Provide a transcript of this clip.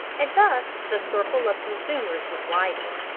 and thus the circle of consumers was widened.